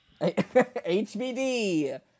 hbd